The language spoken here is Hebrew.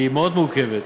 היא מאוד מורכבת.